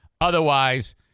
Otherwise